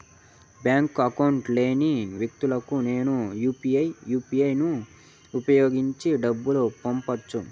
Bank account లేని వ్యక్తులకు నేను యు పి ఐ యు.పి.ఐ ను ఉపయోగించి డబ్బు పంపొచ్చా?